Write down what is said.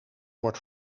wordt